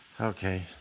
okay